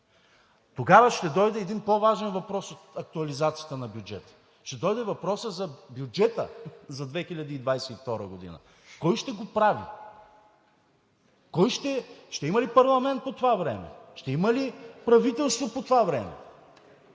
Тогава ще дойде един по-важен въпрос от актуализацията на бюджета. Ще дойде въпросът за бюджета за 2022 г. – кой ще го прави, ще има ли парламент по това време, ще има ли правителство по това време?